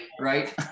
right